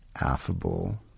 affable